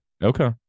Okay